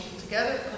together